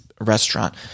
restaurant